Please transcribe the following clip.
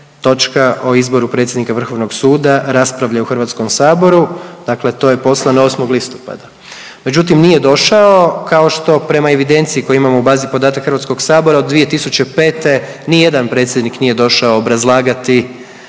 točka o izboru predsjednika Vrhovnog suda raspravlja u HS-u, dakle to je poslano 8. listopada. Međutim, nije došao, kao što prema evidenciji koju imamo u bazi podataka HS-a, od 2005. nijedan predsjednik nije došao obrazlagati